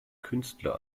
künstler